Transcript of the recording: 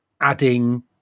adding